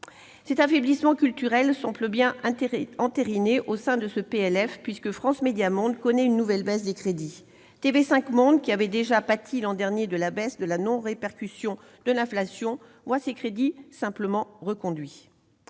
Cet affaiblissement culturel semble bien entériné au sein de ce PLF, puisque France Médias Monde connaît une nouvelle baisse de ses crédits. TV5 Monde, qui avait déjà pâti l'an dernier de la non-répercussion de l'inflation, voit ses crédits simplement reconduits.